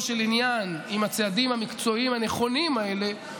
של עניין עם הצעדים המקצועיים הנכונים האלה,